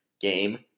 game